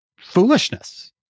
foolishness